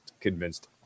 convinced